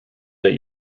that